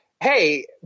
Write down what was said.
Hey